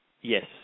Yes